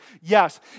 Yes